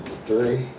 Three